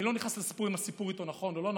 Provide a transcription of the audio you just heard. אני לא נכנס אם הסיפור איתו הוא נכון או לא נכון,